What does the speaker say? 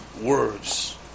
Words